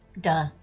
Duh